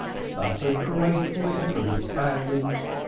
suffered greatly from the spasms.